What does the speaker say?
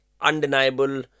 undeniable